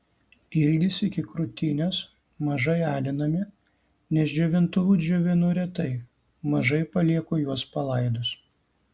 ilgis iki krūtinės mažai alinami nes džiovintuvu džiovinu retai mažai palieku juos palaidus